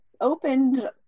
opened